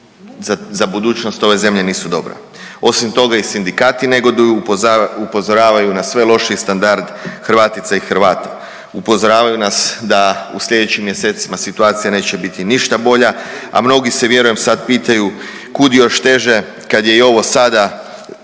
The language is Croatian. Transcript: za budućnost ove zemlje nisu dobro. Osim toga i sindikati negoduju, upozoravaju na sve lošiji standard Hrvatica i Hrvata. Upozoravaju nas sa u sljedećim mjesecima situacija neće biti ništa bolja, a mnogi se, vjerujem, sad pitaju kud još teže kad je i ovo sada